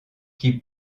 qui